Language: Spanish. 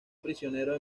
prisionero